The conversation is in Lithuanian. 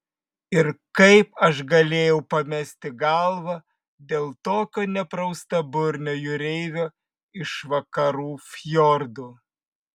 ir kaip aš galėjau pamesti galvą dėl tokio nepraustaburnio jūreivio iš vakarų fjordų